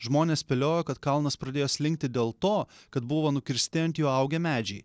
žmonės spėliojo kad kalnas pradėjo slinkti dėl to kad buvo nukirsti ant jo augę medžiai